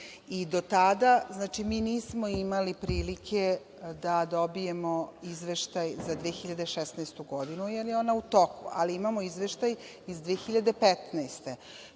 Do tada nismo imali prilike da dobijemo izveštaj za 2016. godinu, jer je ona u toku, ali imamo Izveštaj iz 2015.